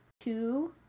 two